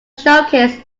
showcase